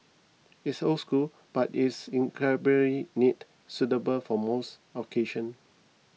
it's old school but it's incredibly neat suitable for most occasion